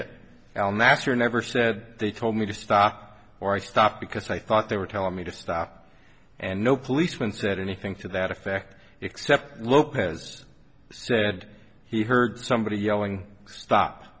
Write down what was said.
our master never said they told me to stop or i stopped because i thought they were telling me to stop and no policeman said anything to that effect except lopez said he heard somebody yelling stop